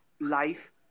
life